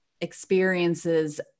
experiences